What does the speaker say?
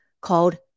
called